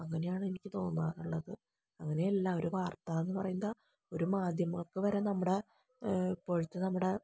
അങ്ങനെയാണ് എനിക്ക് തോന്നാറുള്ളത് അങ്ങനെയല്ല ഒരു വാർത്ത എന്ന് പറയുന്നത് ഒരു മാധ്യമങ്ങക്ക് വരെ നമ്മുടെ ഇപ്പോഴത്തെ നമ്മുടെ